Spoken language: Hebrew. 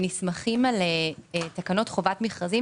הם נסמכים על תקנות חובת מכרזים,